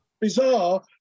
bizarre